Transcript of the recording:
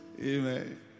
Amen